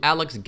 Alex